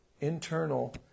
internal